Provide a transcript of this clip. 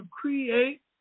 create